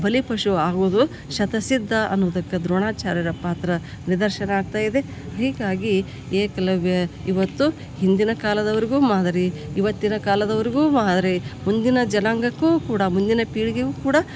ಬಲಿಪಶು ಆಗೋದು ಶತಸ್ಸಿದ್ಧ ಅನ್ನುದಕ್ಕೆ ದ್ರೋಣಾಚಾರ್ಯರ ಪಾತ್ರ ನಿದರ್ಶನ ಆಗ್ತಾ ಇದೆ ಹೀಗಾಗಿ ಏಕಲವ್ಯ ಇವತ್ತು ಹಿಂದಿನ ಕಾಲದವರಿಗೂ ಮಾದರಿ ಇವತ್ತಿನ ಕಾಲದವರಿಗೂ ಮಾದರಿ ಮುಂದಿನ ಜನಾಂಗಕ್ಕೂ ಕೂಡ ಮುಂದಿನ ಪೀಳಿಗೆಗೂ ಕೂಡ